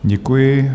Děkuji.